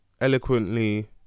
eloquently